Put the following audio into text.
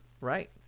Right